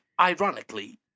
Ironically